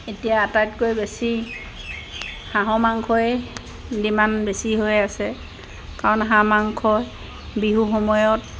এতিয়া আটাইতকৈ বেছি হাঁহৰ মাংসৰে ডিমাণ্ড বেছি হৈ আছে কাৰণ হাঁহ মাংসই বিহু সময়ত